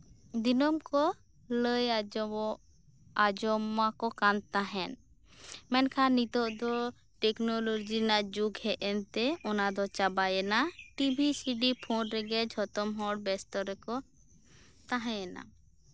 ᱫᱤᱱᱟᱹᱢ ᱠᱚ ᱞᱟᱹᱭ ᱟᱸᱡᱚᱢᱚᱜ ᱟᱸᱡᱚᱢᱟᱠᱚ ᱠᱟᱱ ᱛᱟᱸᱦᱮᱫ ᱢᱮᱱᱠᱷᱟᱱ ᱱᱤᱛᱚᱜ ᱫᱚ ᱴᱮᱠᱱᱳᱞᱚᱡᱤ ᱨᱮᱱᱟᱜ ᱡᱩᱜᱽ ᱦᱮᱡ ᱮᱱ ᱛᱮ ᱚᱱᱟ ᱫᱚ ᱪᱟᱵᱟᱭᱮᱱᱟ ᱴᱷᱤᱵᱷᱤ ᱥᱤᱰᱤ ᱯᱷᱳᱱ ᱨᱮᱜᱮ ᱡᱚᱛᱚ ᱦᱚᱲ ᱵᱮᱥᱛᱚ ᱨᱮᱠᱚ ᱛᱟᱸᱦᱮᱭᱮᱱᱟ